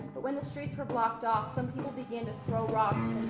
but when the streets were blocked off, some people began to throw rocks